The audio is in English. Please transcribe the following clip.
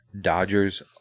Dodgers